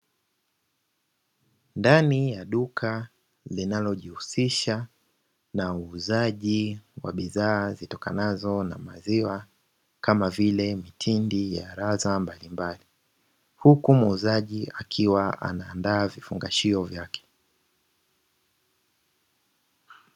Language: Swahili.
Ndani ya duka linalo jihusisha na uuzaji wa bidhaa zitokanazo na maziwa kama vile mtindi ya ladha mbalimbali, huku muuzaji akiwa anaandaa vifungashio vyake.